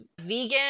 vegan